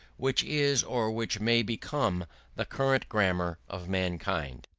which is or which may become the current grammar of mankind.